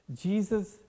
Jesus